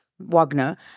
Wagner